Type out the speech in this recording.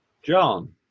John